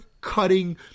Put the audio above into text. cutting